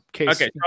Okay